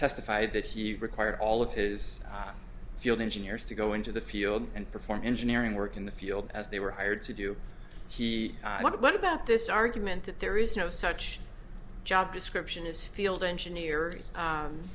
testified that he required all of his field engineers to go into the field and perform engineering work in the field as they were hired to do he what about this argument that there is no such job description is field engineer